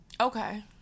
Okay